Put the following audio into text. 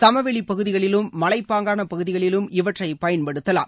சமவெளிப்பகுதிகளிலும் மலைப்பாங்கான பகுதிகளிலும் இவற்றை பயன்படுத்தாலம்